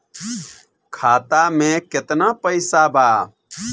खाता में केतना पइसा बा?